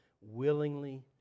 willingly